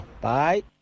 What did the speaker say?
Bye